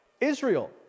Israel